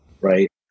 right